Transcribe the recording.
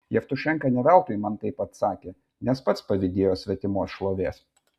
jevtušenka ne veltui man taip atsakė nes pats pavydėjo svetimos šlovės